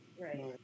Right